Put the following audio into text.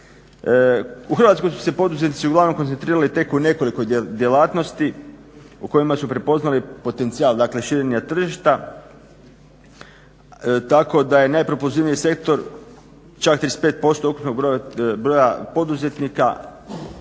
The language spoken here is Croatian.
U Hrvatskoj su se poduzetnici uglavnom koncentrirali tek u nekoliko djelatnosti u kojima su prepoznali potencijal, dakle širenje tržišta tako da je najpropulzivniji sektor čak 35% ukupnog broja poduzetnika trgovina.